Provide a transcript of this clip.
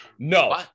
No